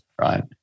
Right